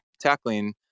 tackling